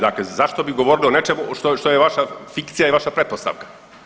Dakle, zašto bi govorili o nečemu što je vaša fikcija i vaša pretpostavka.